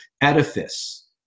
edifice